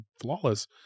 flawless